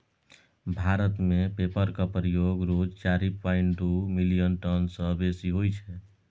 भारत मे पेपरक प्रयोग रोज चारि पांइट दु मिलियन टन सँ बेसी होइ छै